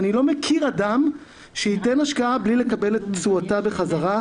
אני לא מכיר אדם שייתן השקעה בלי לקבל את תשואתה בחזרה,